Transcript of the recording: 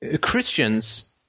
Christians